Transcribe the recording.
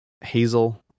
Hazel